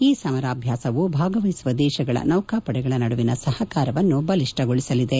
ಈ ಸಮರಾಭ್ಯಾಸವು ಭಾಗವಹಿಸುವ ದೇಶಗಳ ನೌಕಾಪಡೆಗಳ ನಡುವಿನ ಸಹಕಾರವನ್ನು ಬಲಿಷ್ಷಗೊಳಿಸಲಿದೆ